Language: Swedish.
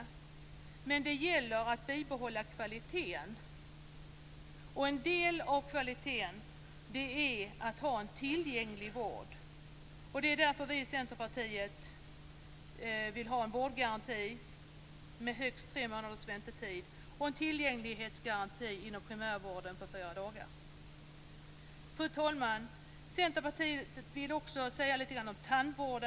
Men det gäller att bibehålla kvaliteten, och en del av kvaliteten är att ha en tillgänglig vård. Det är därför vi i Centerpartiet vill ha en vårdgaranti med högst tre månaders väntetid och en tillgänglighetsgaranti inom primärvården på fyra dagar. Fru talman! Jag vill också säga lite grann om tandvården.